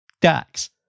Dax